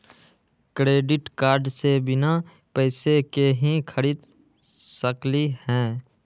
Credit card से बिना पैसे के ही खरीद सकली ह?